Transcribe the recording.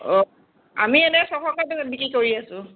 অ' আমি এনেই ছয়শকৈ বিক্ৰী কৰি আছোঁ